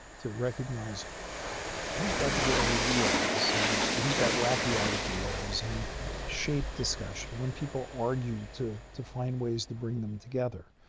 to recognize who's got good ideas and who's got wacky ideas and shape discussion when people argue to to find ways to bring them together.